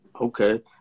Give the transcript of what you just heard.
Okay